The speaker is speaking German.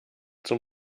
zum